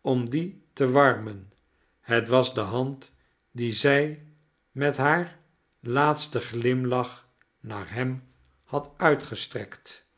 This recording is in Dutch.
om die te warmen het was de hand die zij met haar laatsten glimlach naar hem had uitgestrekt